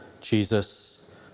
Jesus